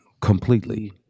Completely